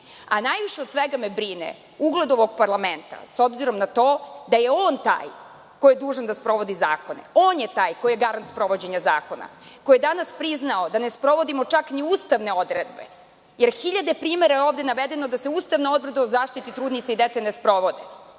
Najviše od svega me brine ugled ovog parlamenta, s obzirom na to da je on taj koji je dužan da sprovodi zakone. On je taj koji je garant sprovođenja zakona, koji je danas priznao da ne sprovodimo čak ni ustavne odredbe. Jer, hiljade primera je ovde navedeno da se ustavne odredba o zaštiti trudnica i dece ne sprovode.